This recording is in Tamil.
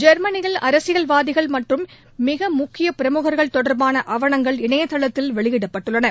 ஜெர்மனியில் அரசியல்வாதிகள் மற்றும் மிக முக்கிய பிரமுகர்கள் தொடர்பான ஆவணங்கள் இணையதளத்தில் வெளியிடப்பட்டுள்ளன